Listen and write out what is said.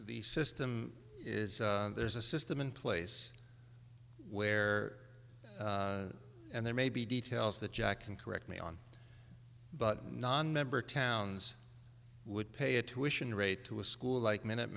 the system is there's a system in place where and there may be details that jack can correct me on but nonmember towns would pay a tuitions rate to a school like minute